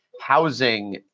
housing